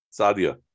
Sadia